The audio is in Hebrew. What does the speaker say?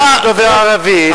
גם אני דובר ערבית,